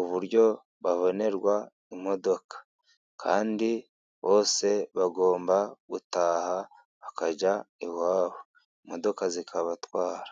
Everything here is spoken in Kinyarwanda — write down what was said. uburyo babonerwa imodoka, kandi bose bagomba gutaha bakajya iwabo imodoka zikabatwara.